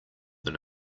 than